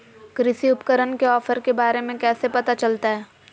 कृषि उपकरण के ऑफर के बारे में कैसे पता चलतय?